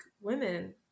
women